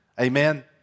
Amen